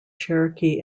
cherokee